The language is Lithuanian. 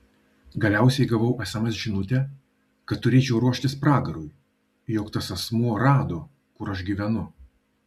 galiausiai gavau sms žinutę kad turėčiau ruoštis pragarui jog tas asmuo rado kur aš gyvenu